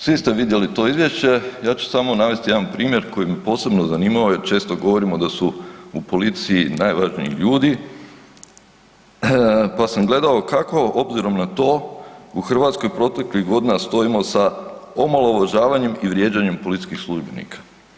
Svi ste vidjeli to izvješće, ja ću samo navesti jedan primjer koji me posebno zanimao jer često govorimo da su u policiji najvažniji ljudi, pa sam gledao kako obzirom na to u Hrvatskoj proteklih godina stojimo sa omalovažavanjem i vrijeđanjem policijskih službenika.